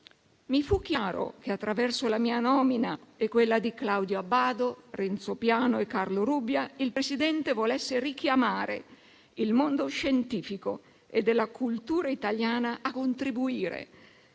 Mi fu chiaro che, attraverso la mia nomina e quella di Claudio Abbado, Renzo Piano e Carlo Rubbia, il Presidente volesse richiamare il mondo scientifico e della cultura italiana a contribuire,